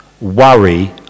worry